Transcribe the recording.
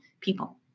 People